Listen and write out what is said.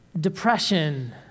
depression